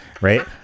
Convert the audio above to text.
Right